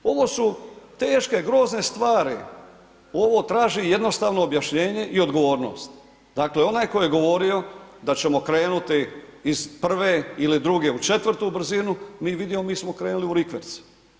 Ovo su teške, grozne stvari, ovo traži jednostavno objašnjenje i odgovornost, dakle, onaj tko je govorio da ćemo krenuti iz prve ili druge u četvrtu brzinu, mi vidimo, mi smo krenuli u rikverc.